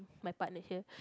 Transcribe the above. my partner here